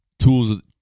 tools